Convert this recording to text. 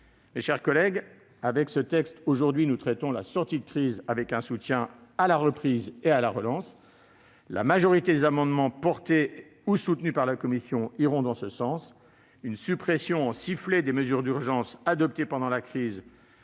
Mes chers collègues, avec ce texte, nous traitons aujourd'hui la sortie de crise avec un soutien à la reprise et à la relance. La majorité des amendements déposés ou soutenus par la commission iront dans ce sens. Une suppression « en sifflet » des mesures d'urgence adoptées pendant la crise,